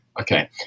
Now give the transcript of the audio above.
Okay